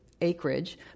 acreage